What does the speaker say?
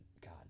God